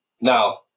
Now